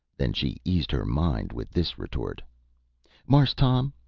then she eased her mind with this retort marse tom,